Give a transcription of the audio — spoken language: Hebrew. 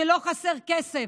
שלא חסר כסף,